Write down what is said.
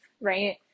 Right